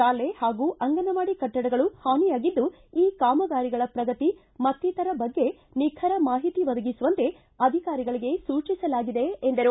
ಶಾಲೆ ಹಾಗೂ ಅಂಗನವಾಡಿ ಕಟ್ಟಡಗಳು ಹಾನಿಯಾಗಿದ್ದು ಈ ಕಾಮಗಾರಿಗಳ ಪ್ರಗತಿ ಮತ್ತಿತರ ಬಗ್ಗೆ ನಿಖರ ಮಾಹಿತಿ ಒದಗಿಸುವಂತೆ ಅಧಿಕಾರಿಗಳಿಗೆ ಸೂಚಿಸಲಾಗಿದೆ ಎಂದರು